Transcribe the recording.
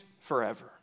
forever